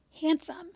handsome